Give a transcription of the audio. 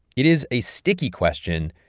it is a sticky question,